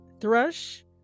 thrush